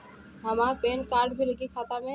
हमार PAN card भी लगी खाता में?